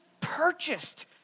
purchased